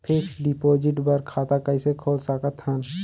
Fixed deposit बर खाता कइसे खोल सकत हन?